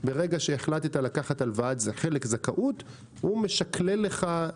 ברגע שהחלטת לקחת הלוואת חלק זכאות הוא משקלל לך,